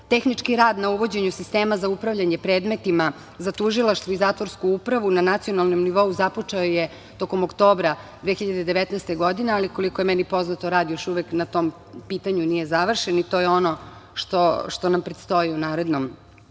periodu. Tehnički rad na uvođenju sistema za upravljanje predmetima za tužilaštvo i zatvorsku upravu na nacionalnom nivou započeo je tokom oktobra 2019. godine, ali koliko je meni poznato rad na tom pitanju još uvek nije završen i o to je ono što nam predstoji u narednom